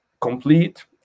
complete